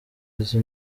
izi